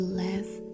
left